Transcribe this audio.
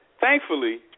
thankfully